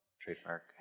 Trademark